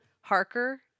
Harker